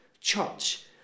Church